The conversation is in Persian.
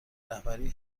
رهبری